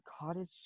cottage